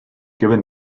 given